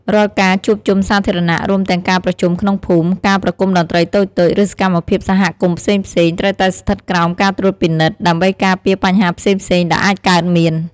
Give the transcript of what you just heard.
រាល់ការជួបជុំសាធារណៈ រួមទាំងការប្រជុំក្នុងភូមិ ការប្រគំតន្ត្រីតូចៗ ឬសកម្មភាពសហគមន៍ផ្សេងៗ ត្រូវតែស្ថិតក្រោមការត្រួតពិនិត្យ ដើម្បីការពារបញ្ហាផ្សេងៗដែលអាចកើតមាន។